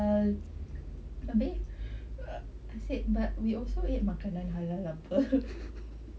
abeh I said but we also eat makanan halal apa